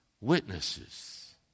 witnesses